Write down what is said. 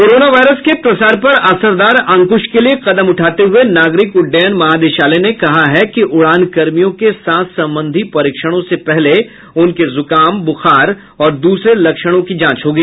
corona virus के प्रसार पर असरदार अंकुश के लिए कदम उठाते हुए नागरिक उड्डयन महानिदेशालय ने कहा कि उड़ानकर्मियों के सांस संबंधी परीक्षणों से पहले उनके जूकाम बूखार और दूसरे लक्षणों की जांच होगी